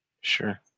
Sure